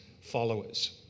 followers